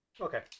Okay